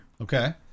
okay